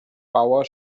bauer